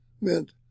meant